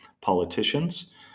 politicians